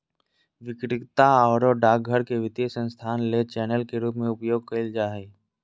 विक्रेता आरो डाकघर के वित्तीय संस्थान ले चैनल के रूप में उपयोग कइल जा हइ